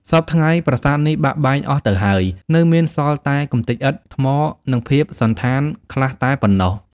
សព្វថ្ងៃ ប្រាសាទនេះ បាក់បែកអស់ទៅហើយ នៅមានសល់តែកម្ទេចឥដ្ឋ ថ្ម និងភាពសណ្ឋានខ្លះតែប៉ុណ្ណោះ ។